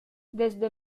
desde